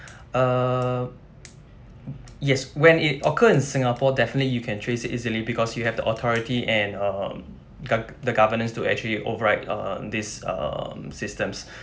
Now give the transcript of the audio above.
err yes when it occurred in singapore definitely you can trace it easily because you have the authority and um go~ the government to actually override err this um systems